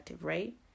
right